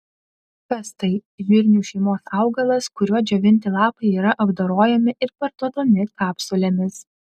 kas tai žirnių šeimos augalas kurio džiovinti lapai yra apdorojami ir parduodami kapsulėmis